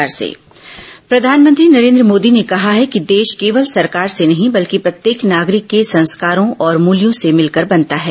प्रधानमंत्री वाराणसी प्रधानमंत्री नरेन्द्र मोदी ने कहा है कि देश केवल सरकार से नहीं बल्कि प्रत्येक नागरिक के संस्कारों और मूल्यों से मिलकर बनता है